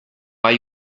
hay